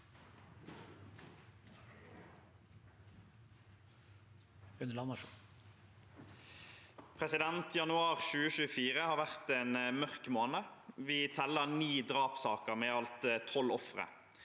Januar 2024 har vært en mørk måned. Vi teller ni drapssaker med i alt tolv ofre.